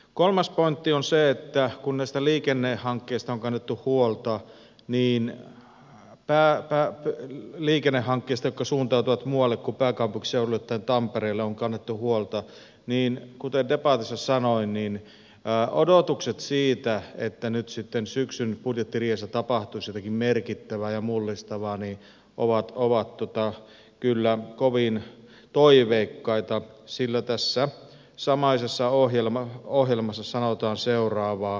kolmas pointti on se että kun näistä liikennehankkeista on kannettu huolta niin päättää jotka suuntautuvat muualle kuin pääkaupunkiseudulle tai tampereelle on kannettu huolta niin kuten debatissa sanoin odotukset siitä että nyt sitten syksyn budjettiriihessä tapahtuisi jotakin merkittävää ja mullistavaa ovat kyllä kovin toiveikkaita sillä tässä samaisessa ohjelmassa sanotaan seuraavaa